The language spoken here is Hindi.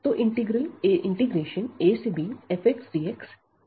तो इंटीग्रल abfxdx इंप्रोपर है